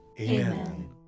Amen